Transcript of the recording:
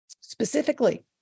specifically